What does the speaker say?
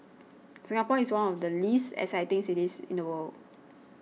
Singapore is one of the least exciting cities in the world